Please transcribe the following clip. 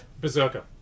Berserker